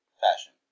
fashion